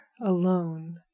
alone